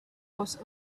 was